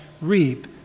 reap